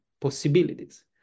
possibilities